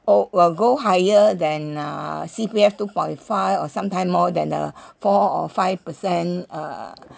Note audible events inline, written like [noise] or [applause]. oh will go higher than uh C_P_F two point five or sometimes more than uh [breath] four or five percent uh